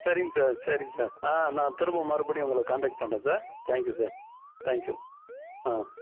சரிங்க சார் சரிங்க சார் ஆ நான் திரும்பவும் மறுபடியும் உங்களை கான்டக்ட் பண்ணுறேன் sir thank you sir thank you ah